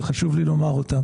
וחשוב לי לומר אותה